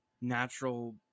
natural